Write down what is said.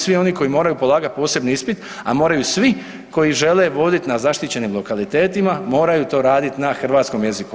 Svi oni koji moraju polagati posebni ispit, a moraju svi koji žele voditi na zaštićenim lokalitetima moraju to raditi na hrvatskom jeziku.